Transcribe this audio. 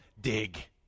dig